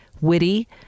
Witty